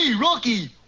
Rocky